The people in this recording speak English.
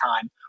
time